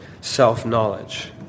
self-knowledge